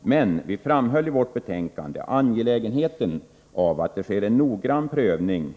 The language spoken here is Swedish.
Men vi framhöll i vårt betänkande angelägenheten av att inskrivningsdomaren gör en noggrann prövning